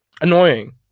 annoying